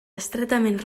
estretament